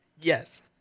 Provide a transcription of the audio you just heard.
Yes